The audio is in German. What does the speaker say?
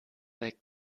weg